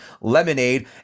lemonade